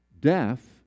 death